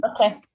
Okay